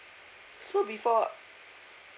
so before